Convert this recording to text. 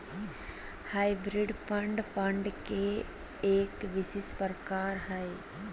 hybrid fund, fund के एक विशेष प्रकार हय